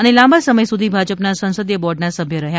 અને લાંબા સમય સુધી ભાજપના સંસદીય બોર્ડના સભ્ય રહ્યા